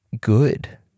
good